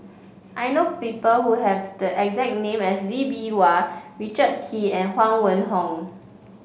I know people who have the exact name as Lee Bee Wah Richard Kee and Huang Wenhong